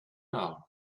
hour